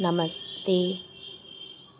नमस्ते